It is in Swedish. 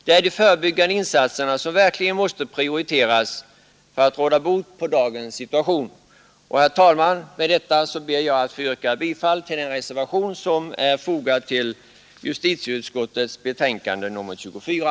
Det är de förebyggande insatserna som verkligen måste prioriteras för att vi skall kunna råda bot på dagens situation. Herr talman! Med detta ber jag att få yrka bifall till den reservation som är fogad till justitieutskottets betänkande nr 24.